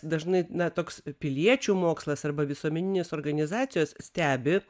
dažnai na toks piliečių mokslas arba visuomeninės organizacijos stebi